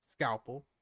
scalpel